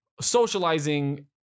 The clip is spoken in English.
socializing